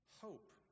hope